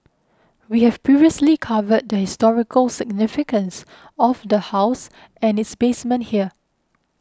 we have previously covered the historical significance of the house and its basement here